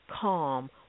Calm